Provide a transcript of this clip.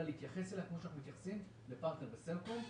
אלא להתייחס אליה כמו שאנחנו מתייחסים לפרטנר ולסלקום.